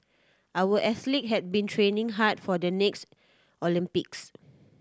our athletes have been training hard for the next Olympics